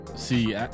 See